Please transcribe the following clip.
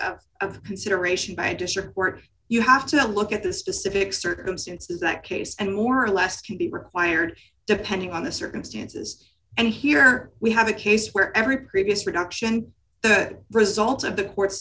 of consideration by district court you have to look at the specific circumstances that case and more or less can be required depending on the circumstances and here we have a case where every previous production the results of the court